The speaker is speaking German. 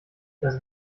das